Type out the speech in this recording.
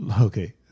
okay